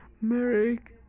Merrick